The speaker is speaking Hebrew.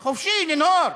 חופשי, חופשי לנהור,